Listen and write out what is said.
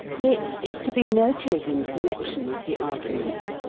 it is to be noted in connection with the argument,